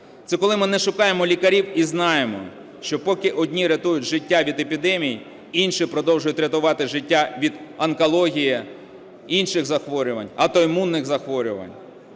Це коли ми не шукаємо лікарів і знаємо, що поки одні рятують життя від епідемії, інші продовжують рятувати життя від онкології, інших захворювань, аутоімунних захворювань.